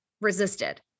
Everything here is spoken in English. resisted